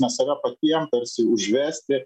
mes save jiem tarsi užvesti